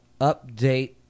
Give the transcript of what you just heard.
Update